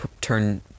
turn